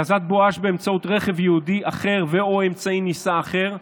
התזת בואש באמצעות רכב ייעודי אחר או אמצעי נישא אחר,